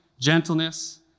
gentleness